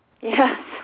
Yes